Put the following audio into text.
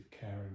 care